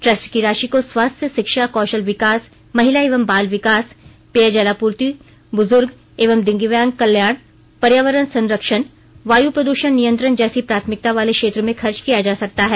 ट्र स्ट की राशि को स्वास्थ्य शिक्षा कौ शल विकास महिला एवं बाल विकास पेयजलापूर्ति बुज़र्ग एवं दिव्यांग कल्याण पर्यावरण संरक्षण वायु प्रदूषण नियंत्रण जैसी प्राथमिकता वाले क्षेत्र में खर्च किया जा सकता है